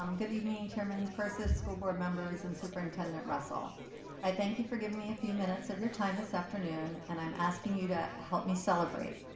um good evening chairman purses, school board members, and superintendent russell. i thank you for giving me a few minutes of your time this afternoon and i'm asking you to help me celebrate.